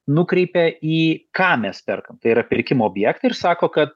nukreipia į ką mes perkam tai yra pirkimo objektą ir sako kad